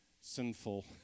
sinful